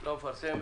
לא מפרסם.